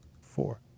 four